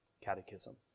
Catechism